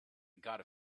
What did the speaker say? gotta